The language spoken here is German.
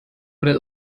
oder